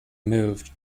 moved